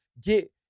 get